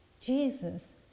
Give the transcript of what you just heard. Jesus